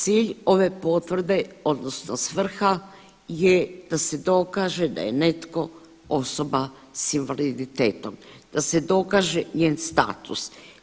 Cilj ove potvrde odnosno svrha je da se dokaže da je neko osoba s invaliditetom da se dokaže njen status.